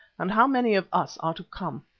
and how many of us are to come?